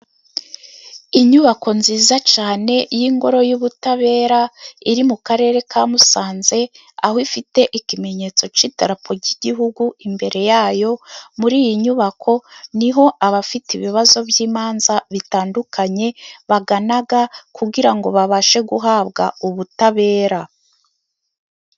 Inyubako nziza cyane y'ingoro y'ubutabera iri mu Karere ka Musanze, aho ifite ikimenyetso cy'idarapo ry'Igihugu. Imbere yayo muri iyi nyubako ni ho abafite ibibazo by'imanza bitandukanye bagana kugira ngo babashe guhabwa ubutabera.